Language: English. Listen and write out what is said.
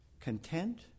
content